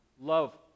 love